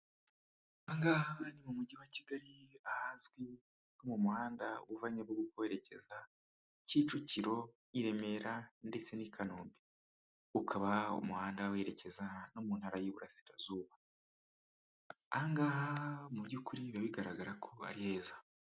Aha ngaha ni mu Mujyi wa Kigali ahazwi nko mu muhanda uva Nyabugo werekeza Kicukiro, i Remera ndetse n'i Kanombe. Ukaba umuhanda werekeza no mu Ntara y'Iburasirazuba. Aha ngaha mu by'ukuri biba bigaragara ko ari heza.